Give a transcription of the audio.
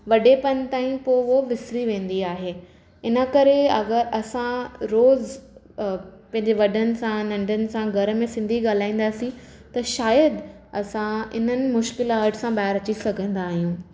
वॾे पण ताईं पोइ उहो विसिरी वेंदी आहे इन करे अगरि असां रोज़ु पंहिंजे वॾनि सां पंहिंजे नंढनि सां घर में सिंधी ॻाल्हाईंदासीं त शायदि असां इन्हनि मुश्किलात सां बाहिरि अची सघंदा आहियूं